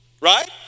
Right